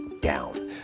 down